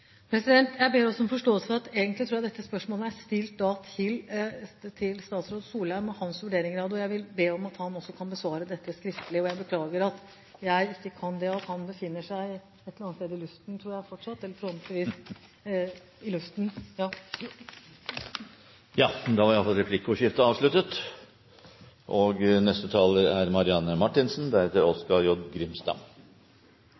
Jeg ber også om forståelse for at dette spørsmålet er ment til statsråd Solheim for å få hans vurderinger av det, og jeg vil be om at han kan besvare også dette skriftlig. Jeg beklager at jeg ikke kan svare. Han befinner seg et eller annet sted i luften fortsatt, tror jeg. Replikkordskiftet er avsluttet. Vi er i en litt spesiell situasjon i